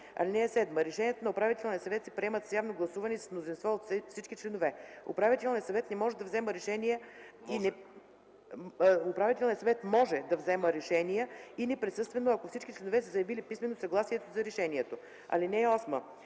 членове. (7) Решенията на управителния съвет се приемат с явно гласуване и с мнозинство от всички членове. Управителният съвет може да взема решения и неприсъствено, ако всички членове са заявили писмено съгласието си за решението. (8)